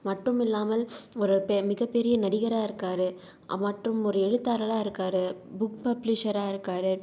மட்டும் இல்லாமல் ஒரு பெ மிகப்பெரிய நடிகராக இருக்கார் மற்றும் ஒரு எழுத்தாளராக இருக்கார் புக் பப்ளிஷராக இருக்கார்